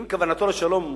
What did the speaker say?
אם כוונתו לשלום אמיתית,